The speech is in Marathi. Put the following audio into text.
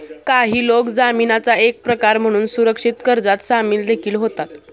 काही लोक जामीनाचा एक प्रकार म्हणून सुरक्षित कर्जात सामील देखील होतात